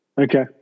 Okay